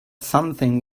something